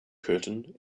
curtain